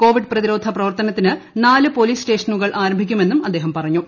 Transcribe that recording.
Covid പ്രതിരോധ പ്രവർത്തനത്തിന് നാല് പൊലീസ് സ്റ്റേഷനുകൾ ആരംഭിക്കുമെന്ന് അദ്ദേഹ്കൃപ്പദ്ഞ്ഞു